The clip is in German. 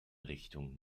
richtung